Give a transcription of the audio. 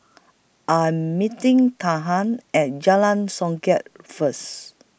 I'm meeting At Jalan Songket First